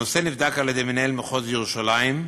הנושא נבדק על-ידי מנהל מחוז ירושלים,